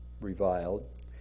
reviled